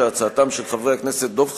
הצעתם של חברי הכנסת דב חנין,